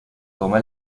toma